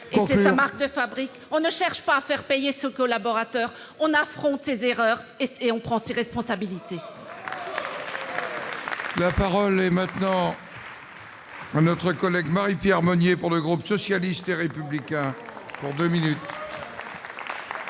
et c'est sa marque de fabrique, on ne cherche pas à faire payer ses collaborateurs. On affronte ses erreurs et on prend ses responsabilités ! La parole est à Mme Marie-Pierre Monier, pour le groupe socialiste et républicain. Ma question